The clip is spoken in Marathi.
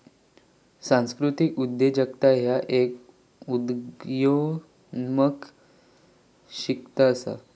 सांस्कृतिक उद्योजकता ह्य एक उदयोन्मुख शिस्त असा